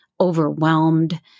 overwhelmed